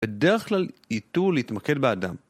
בדרך כלל, ייטו להתמקד באדם.